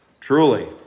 Truly